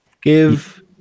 give